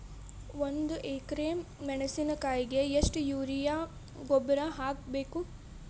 ಒಂದು ಎಕ್ರೆ ಮೆಣಸಿನಕಾಯಿಗೆ ಎಷ್ಟು ಯೂರಿಯಾ ಗೊಬ್ಬರ ಹಾಕ್ಬೇಕು?